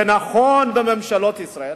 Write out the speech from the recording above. זה נכון בממשלות ישראל,